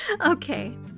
Okay